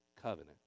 covenant